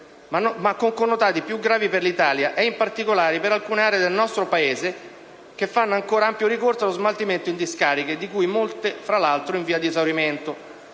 ma con connotati più gravi per l'Italia e, in particolare, per alcune aree del nostro Paese che fanno ancora ampio ricorso allo smaltimento in discariche, di cui molte fra l'altro in via di esaurimento.